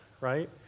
right